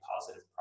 positive